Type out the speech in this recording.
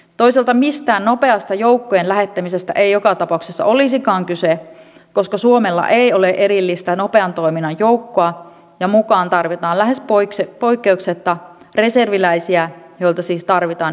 toisaalta mistään nopeasta joukkojen lähettämisestä ei joka tapauksessa olisikaan kyse koska suomella ei ole erillistä nopean toiminnan joukkoa ja mukaan tarvitaan lähes poikkeuksetta reserviläisiä joilta siis tarvitaan erillinen suostumus